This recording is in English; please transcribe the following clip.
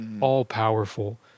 all-powerful